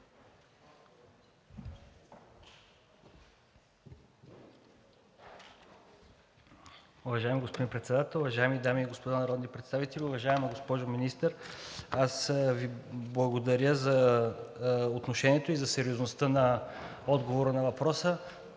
Уважаеми господин Председател, уважаеми дами и господа народни представители! Уважаема госпожо Министър, аз Ви благодаря за отношението и за сериозността на отговора на въпроса.